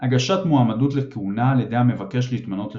הגשת מועמדות לכהונה על ידי המבקש להתמנות לשופט.